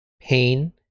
pain